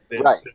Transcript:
right